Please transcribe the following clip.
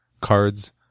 cards